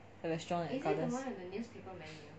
the restaurant at the gardens